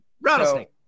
Rattlesnake